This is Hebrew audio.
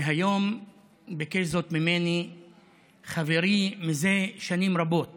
והיום ביקש זאת ממני חברי זה שנים רבות